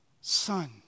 Son